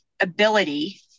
ability